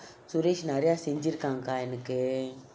suresh நிறைய செய்திருக்காங்க எனக்கு:niraiya seythirukanga ennaku